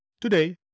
Today